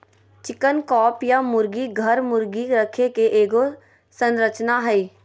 chicken coop या मुर्गी घर, मुर्गी रखे के एगो संरचना हइ